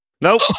Nope